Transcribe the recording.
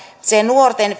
se nuorten